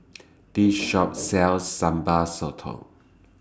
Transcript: This Shop sells Sambal Sotong